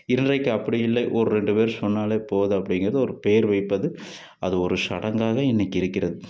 இன்றைக்கு அப்படி இல்லை ஒரு ரெண்டு பேர் சொன்னால் போதும் அப்டிங்கிறது ஒரு பேர் வைப்பது அது ஒரு சடங்காக இன்னைக்கு இருக்கிறது